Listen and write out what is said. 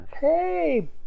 Hey